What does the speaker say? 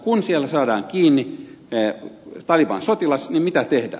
kun siellä saadaan kiinni taliban sotilas niin mitä tehdä